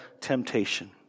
temptation